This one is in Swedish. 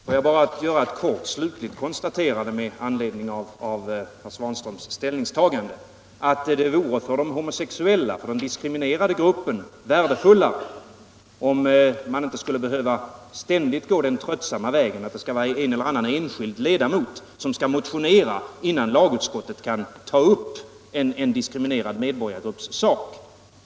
Herr talman! Får jag bara göra ett kort, slutligt konstaterande med anledning av herr Svanströms ställningstagande. Det vore för de homosexuella, för den diskriminerade gruppen, värdefullare om man inte ständigt behövde gå den tröttsamma vägen att en eller annan enskild ledamot skall motionera. innan lagutskottet kan ta upp en diskriminerad medborgargrupps sak.